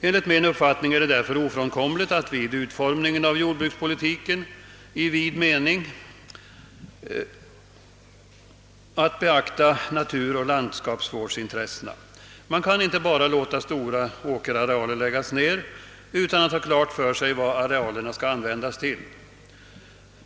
Enligt min uppfattning är det därför ofrånkomligt att vid utformningen av jordbrukspolitiken i vid mening beakta naturoch landskapsvårdsintressena. Man kan inte bara låta stora åkerarealer läggas ned utan att ha klart för sig vad arealerna skall användas till.